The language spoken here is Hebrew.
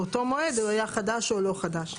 באותו מועד הוא היה חדש או לא חדש.